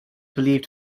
believed